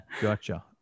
gotcha